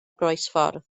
groesffordd